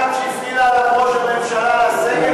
והלחץ שהפעיל עליו ראש הממשלה לסגת מזה?